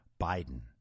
Biden